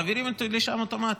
מעבירים אותי לשם אוטומטית.